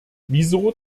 wieso